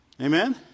Amen